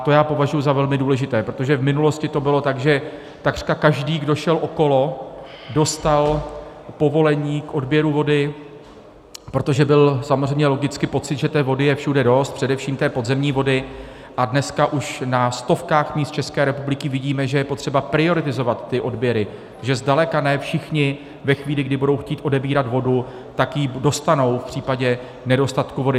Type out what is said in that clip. To já považuji za velmi důležité, protože v minulosti to bylo tak, že takřka každý, kdo šel okolo, dostal povolení k odběru vody, protože byl samozřejmě logicky pocit, že té vody je všude dost, především té podzemní vody, a dneska už na stovkách míst ČR vidíme, že je potřeba prioritizovat ty odběry, že zdaleka ne všichni ve chvíli, kdy budou chtít odebírat vodu, tak ji dostanou v případě nedostatku vody.